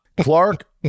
Clark